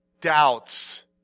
Doubts